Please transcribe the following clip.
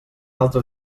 altre